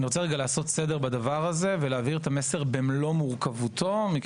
אני רוצה לעשות סדר בדבר הזה ולהעביר את המסר במלוא מורכבותו כי